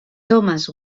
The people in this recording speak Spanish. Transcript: thomas